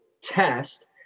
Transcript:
test